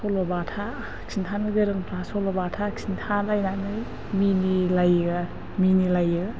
सल' बाथा खिन्थानो गोरोंफ्रा सल' बाथा खिन्थालायनानै मिनिलायो आरो मिनिलायो